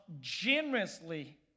generously